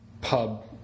pub